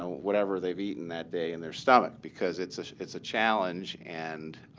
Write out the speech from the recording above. whatever they've eaten that day in their stomach. because it's it's a challenge and